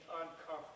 uncomfortable